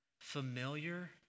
familiar